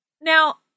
Now